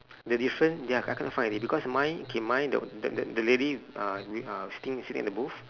the difference ya I can't find already because mine K mine the the the the lady uh in uh sitting at the booth